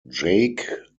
jake